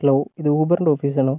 hello ഇത് ഊബറിന്റെ office ആണോ